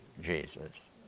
Jesus